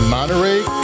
Monterey